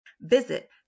Visit